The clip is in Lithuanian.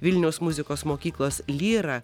vilniaus muzikos mokyklos lyra